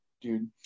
dude